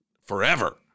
forever